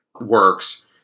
works